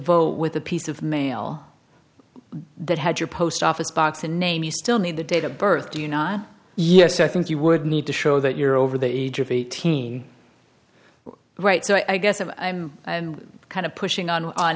vote with a piece of mail that had your post office box a name you still need the date of birth do you not yes i think you would need to show that you're over the age of eighteen right so i guess of and kind of pushing on on